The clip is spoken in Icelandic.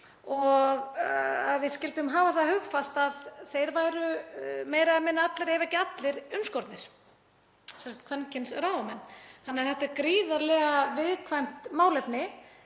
og að við skyldum hafa það hugfast að þeir væru meira eða minna allir ef ekki allir umskornir, sem sagt kvenkyns ráðamenn. Þetta er því gríðarlega viðkvæmt málefni.